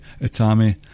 Itami